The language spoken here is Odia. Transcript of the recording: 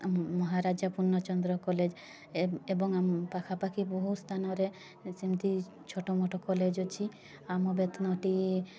ଆମ ମହାରାଜା ପୂର୍ଣଚନ୍ଦ୍ର କଲେଜ୍ ଏ ଏବଂ ଆମ ପାଖପାଖି ବହୁତ ସ୍ଥାନରେ ସେମିତି ଛୋଟମୋଟ କଲେଜ୍ ଅଛି ଆମ ବେତନଟୀ